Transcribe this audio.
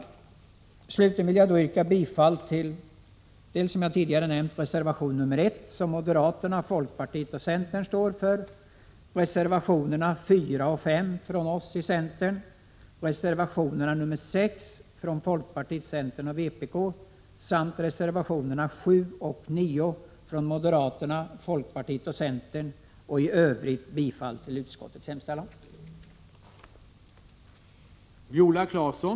Slutligen vill jag, som jag tidigare nämnt, yrka bifall till reservation 1, som moderaterna, folkpartiet och centern står för, reservationerna 4 och 5 från centern, reservation 6 från folkpartiet, centern och vpk, samt reservationerna 7 och 9 från moderaterna, folkpartiet och centern. I Övrigt yrkar jag bifall till utskottets hemställan.